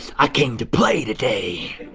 i came to play today.